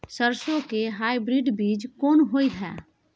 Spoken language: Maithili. सरसो के हाइब्रिड बीज कोन होय है?